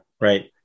right